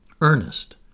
Ernest